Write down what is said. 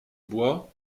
bois